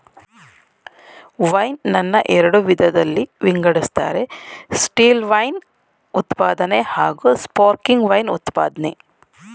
wine ನನ್ನ ಎರಡು ವಿಧದಲ್ಲಿ ವಿಂಗಡಿಸ್ತಾರೆ ಸ್ಟಿಲ್ವೈನ್ ಉತ್ಪಾದನೆ ಹಾಗೂಸ್ಪಾರ್ಕ್ಲಿಂಗ್ ವೈನ್ ಉತ್ಪಾದ್ನೆ